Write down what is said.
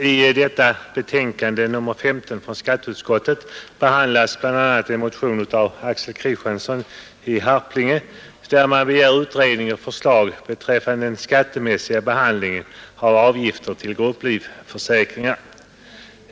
Fru talman! I skatteutskottets betänkande nr 15 behandlas bl.a. en motion av herr Axel Kristiansson i Harplinge m.fl., där man begär utredning och förslag beträffande den skattemässiga behandlingen av avgifter till grupplivförsäkringar.